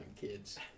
kids